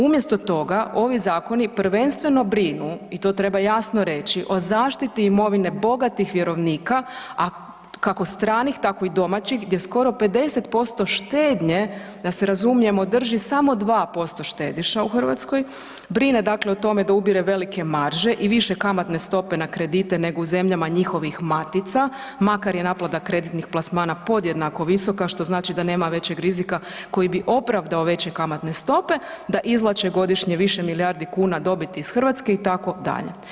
Umjesto toga ovi zakoni prvenstveno brinu i to treba jasno reći, o zaštiti imovine bogatih vjerovnika, a kako stranih tako i domaćih gdje skoro 50% štednje da se razumijemo drži samo 2% štediša u Hrvatskoj, brine o tome da ubire velike marže i višekamatne stope na kredite nego u zemljama njihovih matica, makar je naplata kreditnih plasmana podjednako visoka, što znači da nema većeg rizika koji bi opravdao veće kamatne stope, da izvlače godišnje više milijardi kuna dobiti iz Hrvatske itd.